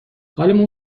حالمون